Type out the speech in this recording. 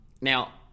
Now